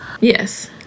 Yes